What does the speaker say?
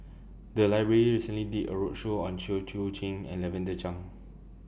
The Library recently did A roadshow on Chew Choo Keng and Lavender Chang